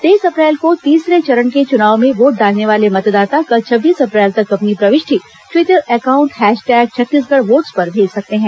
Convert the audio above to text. तेईस अप्रैल को तीसरे चरण के चुनाव में वोट डालने वाले मतदाता कल छब्बीस अप्रैल तक अपनी प्रविष्टि Twitter account hashtag Chhattisgarh votes पर भेज सकते हैं